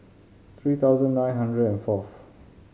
three thousand nine hundred and fourth